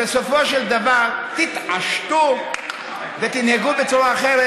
שבסופו של דבר תתעשתו ותנהגו בצורה אחרת,